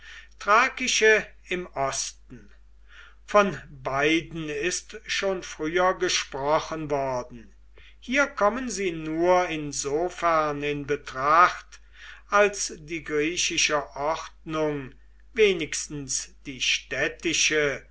thrakische im osten von beiden ist schon früher gesprochen worden hier kommen sie nur insofern in betracht als die griechische ordnung wenigstens die städtische